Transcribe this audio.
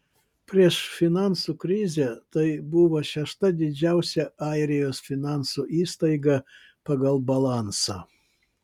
prieš finansų krizę tai buvo šešta didžiausia airijos finansų įstaiga pagal balansą